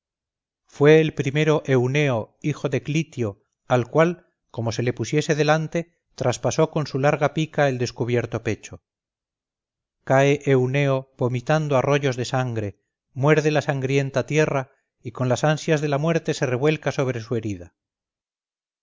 fue el primero euneo hijo de clitio al cual como se le pusiese delante traspasó con su larga pica el descubierto pecho cae euneo vomitando arroyos de sangre muerde la sangrienta tierra y con las ansias de la muerte se revuelca sobre su herida